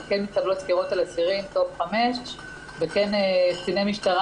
אבל כן התקבלו סקירות על אסירים וכן קציני משטרה